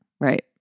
Right